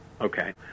Okay